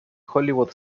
hollywood